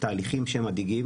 תהליכים מדאיגים.